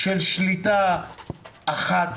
של שליטה אחת